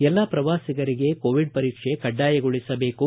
ಎಲ್ಲ ಪ್ರವಾಸಿಗರಿಗೆ ಕೋವಿಡ್ ಪರೀಕ್ಷೆ ಕಡ್ವಾಯಗೊಳಿಸಬೇಕು